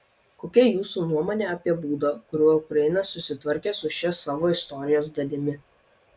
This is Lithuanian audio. kokia jūsų nuomonė apie būdą kuriuo ukraina susitvarkė su šia savo istorijos dalimi